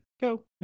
go